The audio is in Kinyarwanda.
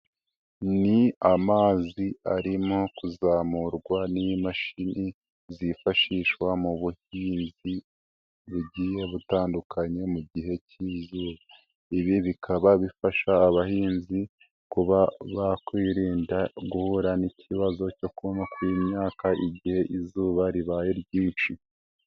Ni amazi arimo kuzamurwa n'imashini zifashishwa mu buhinzi bugiye butandukanye mu gihe cy'izuba, ibi bikaba bifasha abahinzi kuba bakwirinda guhura n'ikibazo cyo kuma kw'imyaka igihe izuba ribaye ryinshi.